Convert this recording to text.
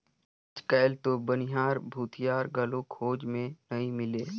आयज कायल तो बनिहार, भूथियार घलो खोज मे नइ मिलें